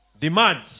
demands